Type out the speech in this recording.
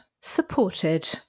Supported